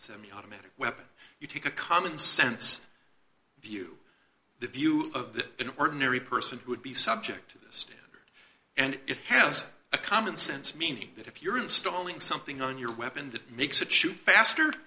semiautomatic weapon you take a commonsense view the view of the an ordinary person who would be subject to this standard and it has a commonsense meaning that if you're installing something on your weapon that makes it shoot faster